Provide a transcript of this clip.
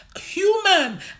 human